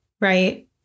Right